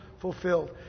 fulfilled